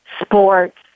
sports